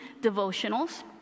Devotionals